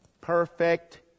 Perfect